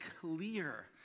clear